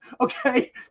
okay